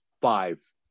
five